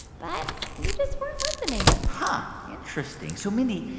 but you just weren't listening huh, interesting. so mindy,